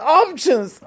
options